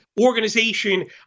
organization